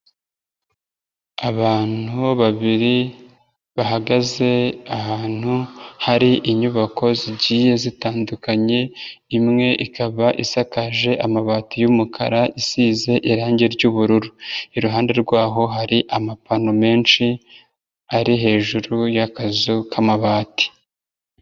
Abantu babiri bahagaze ahantu hari inyubako zigiye zitandukanye, imwe ikaba isakaje amabati y'umukara isize irangi ry'ubururu, iruhande rwaho hari amapano menshi ari hejuru y'akazu k'amabati.